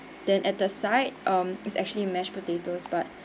then at the side um is actually mashed potatoes but